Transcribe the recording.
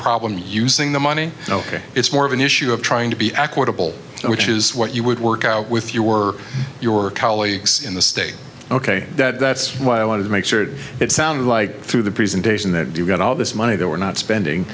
problem using the money ok it's more of an issue of trying to be equitable which is what you would work out with you or your colleagues in the state ok that's why i want to make sure it sounded like through the presentation that you got all this money that we're not spending